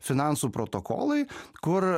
finansų protokolai kur